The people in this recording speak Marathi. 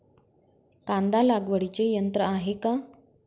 कांदा लागवडीचे यंत्र आहे का?